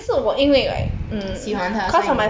喜欢他所以你